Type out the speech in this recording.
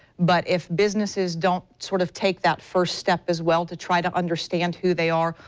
but if businesses don't sort of take that first step as well to try to understand who they are,